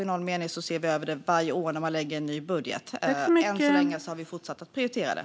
I någon mening ser man över det varje år när man lägger fram en ny budget. Än så länge har vi fortsatt att prioritera det.